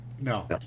No